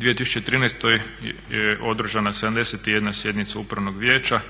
U 2013.je održana 71 sjednica upravnog vijeća,